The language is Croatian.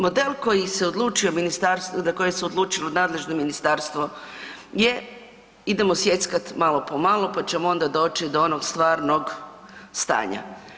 Model koji se odlučio ministarstvo, na koje se odlučilo nadležno ministarstvo je idemo sjeckat malo pomalo, pa ćemo onda doći do onog stvarnog stanja.